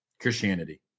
Christianity